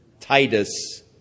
Titus